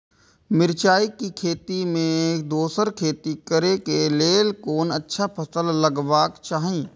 मिरचाई के खेती मे दोसर खेती करे क लेल कोन अच्छा फसल लगवाक चाहिँ?